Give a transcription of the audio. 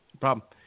problem